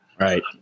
Right